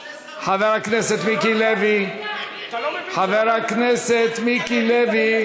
שני שרים, אתה לא מבין, חבר הכנסת מיקי לוי.